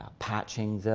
patching them,